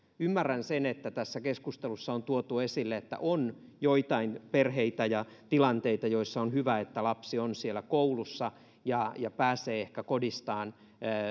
ymmärrän sen että tässä keskustelussa on tuotu esille että on joitain perheitä ja tilanteita joissa on hyvä että lapsi on siellä koulussa ja pääsee kodistaan